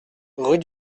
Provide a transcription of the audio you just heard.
rue